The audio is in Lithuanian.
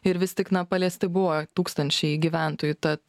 ir vis tik na paliesti buvo tūkstančiai gyventojų tad